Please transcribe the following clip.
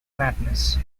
madness